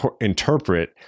interpret